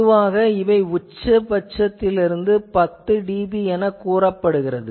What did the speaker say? பொதுவாக இவை உச்சபட்சத்திலிருந்து 10 dB என கூறப்படுகிறது